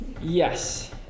Yes